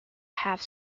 have